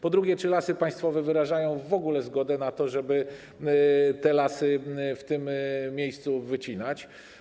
Po drugie, czy Lasy Państwowe wyrażają w ogóle zgodę na to, żeby lasy w tym miejscu wycinać?